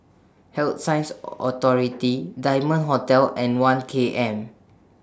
Health Sciences Authority Diamond Hotel and one K M